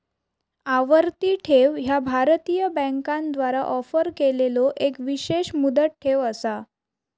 आवर्ती ठेव ह्या भारतीय बँकांद्वारा ऑफर केलेलो एक विशेष मुदत ठेव असा